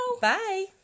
bye